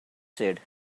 said